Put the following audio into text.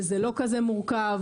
וזה לא כזה מורכב.